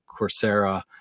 Coursera